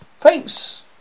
thanks